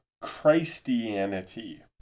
Christianity